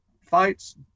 fights